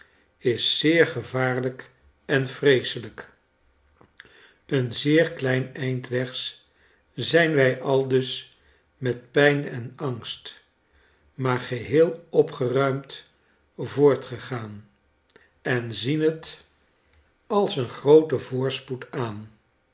is zeer gevaarlijk en vreeselijk een zeer klein eind wegs zijn wij aldus met pijn en angst maar geheel opgeruimd voortgegaan en zien het als een gfooten voorspoed aan